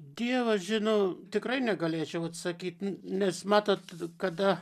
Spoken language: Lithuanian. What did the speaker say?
dievas žino tikrai negalėčiau atsakyt nes matot kada